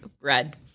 Bread